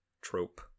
trope